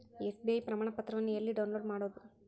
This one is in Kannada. ಎಸ್.ಬಿ.ಐ ಪ್ರಮಾಣಪತ್ರವನ್ನ ಎಲ್ಲೆ ಡೌನ್ಲೋಡ್ ಮಾಡೊದು?